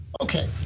Okay